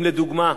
אם, לדוגמה,